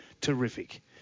terrific